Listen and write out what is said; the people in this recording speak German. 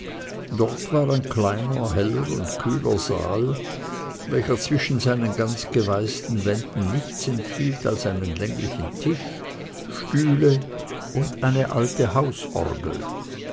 dort war ein kleiner heller und kühler saal welcher zwischen seinen ganz geweißten wänden nichts enthielt als einen länglichen tisch stühle und eine alte